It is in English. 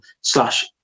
slash